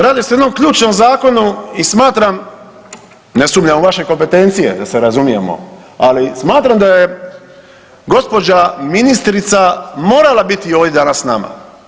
Radi se o jednom ključnom zakonu i smatram, ne sumnjam u vaše kompetencije da se razumijemo, ali smatram da je gospođa ministrica morala biti ovdje danas sa nama.